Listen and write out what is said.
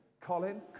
Colin